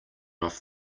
off